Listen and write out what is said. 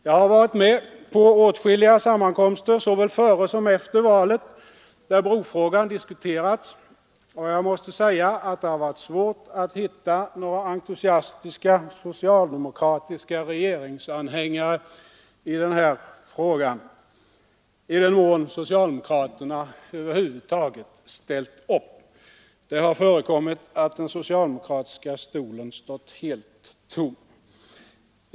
Jag har varit med på åtskilliga sammankomster, såväl före som efter valet, där brofrågan diskuterats, och jag måste säga att det varit svårt att hitta några entusiastiska socialdemokratiska regeringsanhängare i den här frågan; i den mån socialdemokraterna över huvud taget ställt upp — det har förekommit att den socialdemokratiska stolen stått helt tom.